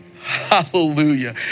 Hallelujah